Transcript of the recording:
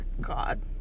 God